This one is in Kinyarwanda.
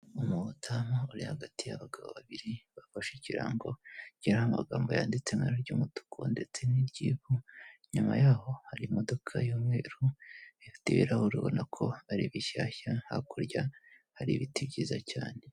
Umudamu uri hagati y'abagabo babiri bafashe ikirango kiriho amagambo yanditse mu ibara ry'umutuku ndetse n'iry'ivu, inyuma yaho hari imdoka y'umweru ifite ibirahure ubona ko ari bishyashya, hakurya hari ibiti byiza cyane.